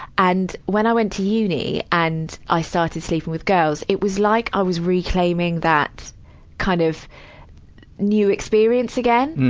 and when i went to uni and i started sleeping with girls, it was like i was reclaiming that kind of new experience again.